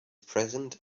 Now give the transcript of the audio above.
present